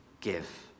give